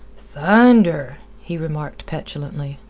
thunder! he remarked petulantly.